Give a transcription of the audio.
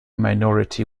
minority